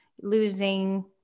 losing